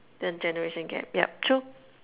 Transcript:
the generation gap yup true